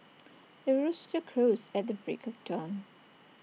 the rooster crows at the break of dawn